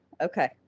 Okay